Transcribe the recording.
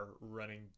running